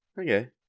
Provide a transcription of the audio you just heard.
Okay